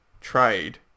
trade